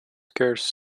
scarce